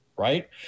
right